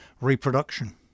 reproduction